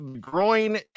Groin